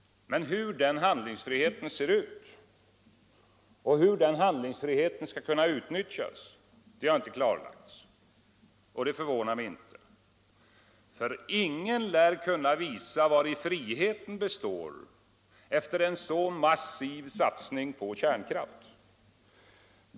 Men hur den handlingsfriheten ser ut och hur den skall kunna utnyttjas har inte klarlagts. Och det förvånar mig inte, för ingen lär kunna visa vari friheten består efter en så massiv satsning på kärnkraft.